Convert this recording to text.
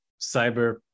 cyber